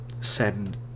send